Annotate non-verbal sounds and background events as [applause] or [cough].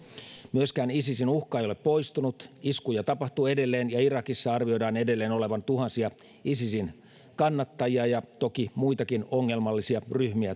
myöskään isisin uhka ei ole poistunut iskuja tapahtuu edelleen ja irakissa arvioidaan edelleen olevan tuhansia isisin kannattajia ja toki muitakin ongelmallisia ryhmiä [unintelligible]